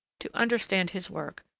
to understand his work,